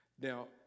Now